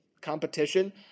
competition